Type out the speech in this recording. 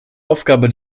aufgabe